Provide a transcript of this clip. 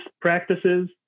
practices